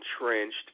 entrenched